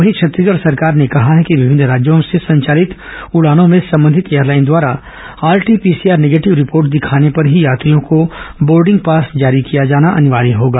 वहीं छत्तीसगढ़ सरकार ने कहा है कि विभिन्न राज्यों से संचालित उड़ानों में संबंधित एयरलाईन द्वारा आरटी पीसीआर निगेटिव रिपोर्ट दिखाने पर ही यात्रियों को बोर्डिंग पास जारी किया जाना अनिवार्य होगा